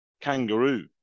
kangaroo